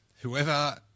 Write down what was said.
whoever